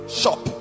shop